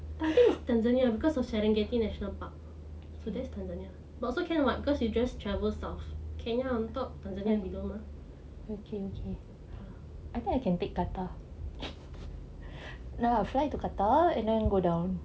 I think it's tanzania because of serengeti national park so that's tanzania but also can [what] because you just travel south kenya on top tanzania below mah I think I can take qatar then I will fly to qatar and then go down